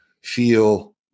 feel